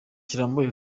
kirambuye